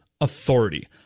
authority